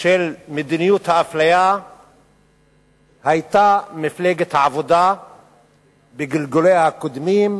של מדיניות האפליה היתה מפלגת העבודה בגלגוליה הקודמים,